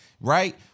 right